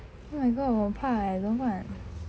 oh my god 我很怕 leh 怎么办